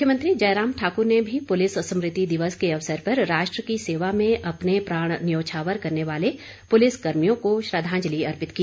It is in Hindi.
मुख्यमंत्री जयराम ठाकुर ने भी पुलिस स्मृति दिवस के अवसर पर राष्ट्र की सेवा में अपने प्राण न्यौछावर करने वाले पुलिस कर्मियों को श्रद्वांजलि अर्पित की